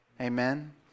amen